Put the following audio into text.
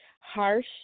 harsh